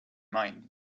mind